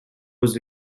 was